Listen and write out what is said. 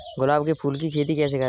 गुलाब के फूल की खेती कैसे करें?